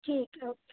ਠੀਕ ਹੈ ਓਕੇ